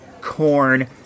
corn